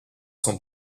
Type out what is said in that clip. son